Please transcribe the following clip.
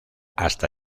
hasta